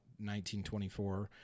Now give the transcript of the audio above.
1924